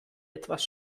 etwas